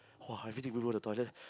!wow! I need to go toilet